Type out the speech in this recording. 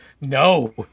No